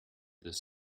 this